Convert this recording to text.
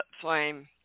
flame